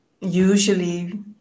usually